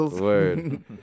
Word